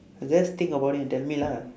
just think about it and tell me lah